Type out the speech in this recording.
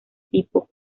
tipo